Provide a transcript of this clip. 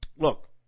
Look